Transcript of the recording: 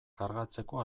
kargatzeko